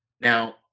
Now